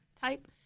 type